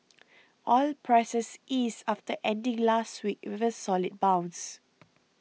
oil prices eased after ending last week with a solid bounce